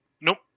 Nope